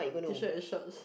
T shirt and shorts